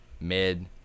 mid